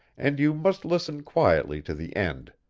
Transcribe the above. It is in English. and you must listen quietly to the end.